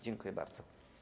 Dziękuję bardzo.